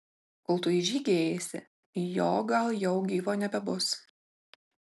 kol tu į žygį eisi jo gal jau gyvo nebebus